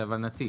להבנתי.